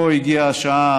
פה הגיעה השעה